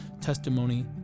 testimony